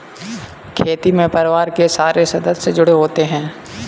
खेती में परिवार के सारे सदस्य जुड़े होते है